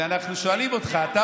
ואנחנו שואלים אותך, אבל יש מכרז?